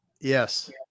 yes